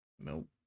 nope